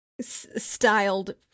Styled